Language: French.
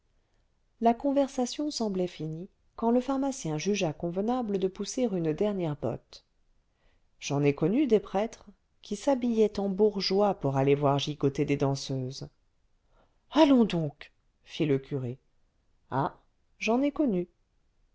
la conversation semblait finie quand le pharmacien jugea convenable de pousser une dernière botte j'en ai connu des prêtres qui s'habillaient en bourgeois pour aller voir gigoter des danseuses allons donc fit le curé ah j'en ai connu